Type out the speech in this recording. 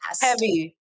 heavy